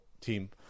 team